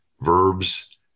verbs